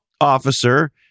officer